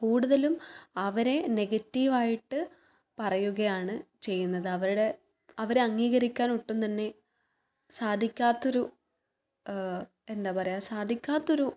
കൂടുതലും അവരെ നെഗറ്റീവായിട്ട് പറയുകയാണ് ചെയ്യുന്നത് അവരുടെ അവരെ അംഗീകരിക്കാൻ ഒട്ടും തന്നെ സാധിക്കാത്തൊരു എന്താ പറയാ സാധിക്കാത്തൊരു